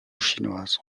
chinoise